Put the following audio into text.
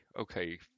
Okay